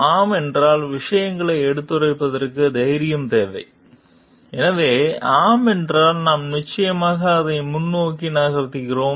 ஆம் என்றால் விஷயங்களை எடுத்துரைப்பதற்கு தைரியம் தேவை எனவே ஆம் என்றால் நாம் நிச்சயமாக அதை முன்னோக்கி நகர்த்துகிறோம்